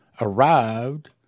arrived